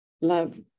love